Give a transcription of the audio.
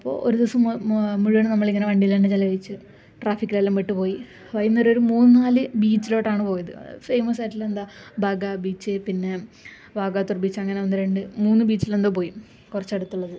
അപ്പോൾ ഒരു ദിവസം മു മുഴുവനും നമ്മള് ഇങ്ങനെ വണ്ടിയില് തന്നെ ചെലവഴിച്ചു ട്രാഫിക്കിലെല്ലാം പെട്ട് പോയി വൈകുന്നേരം ഒരു മൂന്നു നാല് ബീച്ചിലോട്ടാണ് പോയത് ഫെയിമസായിട്ടുള്ള എന്താ ബാഗ ബീച്ച് പിന്നെ വാഗത്തൂര് ബീച്ച് അങ്ങനെ ഒന്ന് രണ്ടു മൂന്ന് ബീച്ചിലെന്തോ പോയി കുറച്ച് അടുത്തുള്ളത്